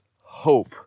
hope